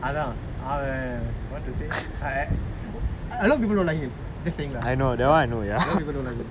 அதான் அவன்:athaan avan what to say I I a lot of people don't like him just saying lah ya a lot people don't like him